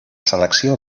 selecció